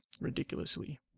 ridiculously